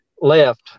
left